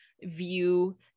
view